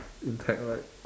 intact right